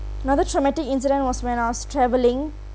another traumatic incident was when I was travelling